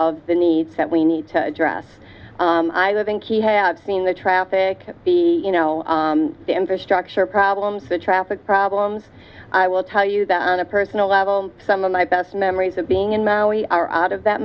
of the needs that we need to address i live in key have seen the traffic the you know the infrastructure problems with traffic problems i will tell you that on a personal level some of my best memories of being in maui are out of that